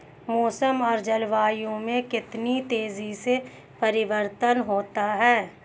मौसम और जलवायु में कितनी तेजी से परिवर्तन होता है?